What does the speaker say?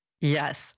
Yes